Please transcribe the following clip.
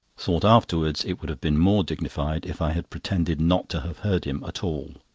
thought afterwards it would have been more dignified if i had pretended not to have heard him at all.